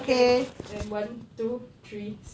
okay then one two three